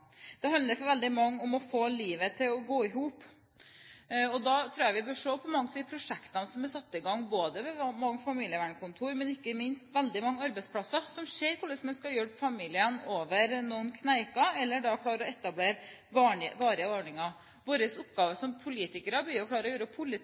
For veldig mange handler det om å få livet til å henge sammen. Jeg tror vi bør se på mange av de prosjektene som er satt i gang ved mange familievernkontorer, og ikke minst ved veldig mange arbeidsplasser, der man ser hvordan man skal hjelpe familiene over noen kneiker, eller klarer å etablere noen varige ordninger. Vår